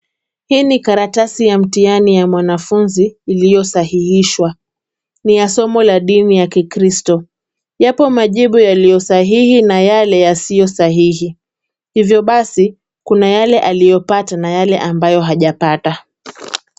Hii ni karatasi ya mtihani ya mwanafunzi iliyosahihishwa. Ni ya somo la dini ya kikristo, yapo majibu yaliyosahihi na yale yasiyosahihi. Hivyo basi kuna yale aliyopata na yale ambayo hajapata.